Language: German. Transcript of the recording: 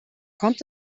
kommt